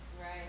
Right